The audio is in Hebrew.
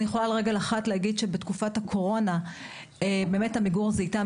אני יכולה לומר שבתקופת הקורונה עמיגור זיהתה